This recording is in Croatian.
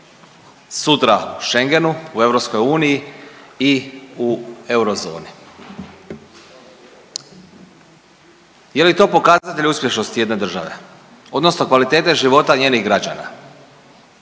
sutra u Schengenu u EU i u eurozoni. Je li to pokazatelj uspješnosti jedne države odnosno kvalitete života njenih građana?